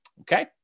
Okay